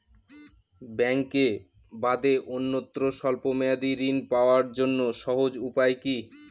ব্যাঙ্কে বাদে অন্যত্র স্বল্প মেয়াদি ঋণ পাওয়ার জন্য সহজ উপায় কি?